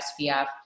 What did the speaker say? SPF